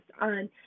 on